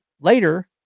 later